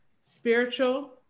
spiritual